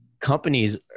companies